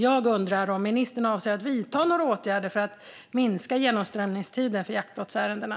Jag undrar om ministern avser att vidta några åtgärder för att minska genomströmningstiden för jaktbrottsärendena.